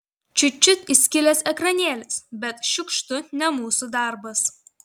čiut čiut įskilęs ekranėlis bet šiukštu ne mūsų darbas